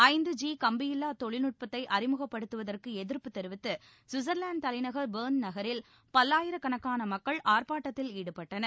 ஐந்து ஜி கம்பியில்லா தொழில்நுட்பத்தை அறிமுகப்படுத்துவற்கு எதிர்ப்பு தெரிவித்து கவிட்சர்லாந்து தலைநகர் பர்ன் நகரில் பல்லாயிரக்கணக்கான மக்கள் ஆர்ப்பாட்டத்தில் ஈடுபட்டனர்